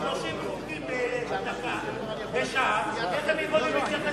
30 חוקים בשעה, איך הם יכולים להתייחס ברצינות?